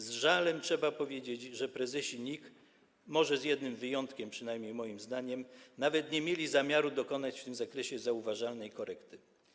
Z żalem trzeba powiedzieć, że prezesi NIK, może z jednym wyjątkiem, przynajmniej moim zdaniem, nawet nie mieli zamiaru dokonać w tym zakresie zauważalnej korekty.